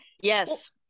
Yes